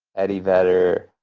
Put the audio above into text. eddie vetter,